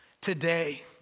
today